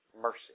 mercy